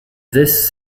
this